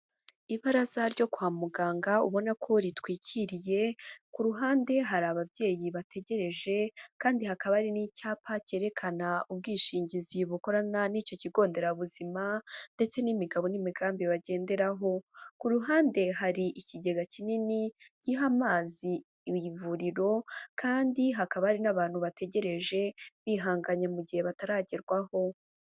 Ibaraza ryo kwa muganga, ubona ko ritwikiriye, ku ruhande hari ababyeyi bategereje, kandi hakaba hari n'icyapa cyerekana ubwishingizi bukorana n'icyo kigo nderabuzima, ndetse n'imigabo n'imigambi bagenderaho, ku ruhande hari ikigega kinini giha amazi ivuriro, kandi hakaba hari n'abantu bategereje bihanganye mu gihe bataragerwaho.